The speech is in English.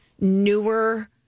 newer